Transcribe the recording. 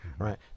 Right